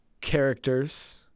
characters